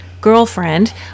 girlfriend